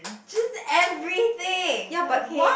just everything okay